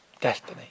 destiny